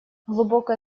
глубокое